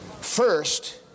First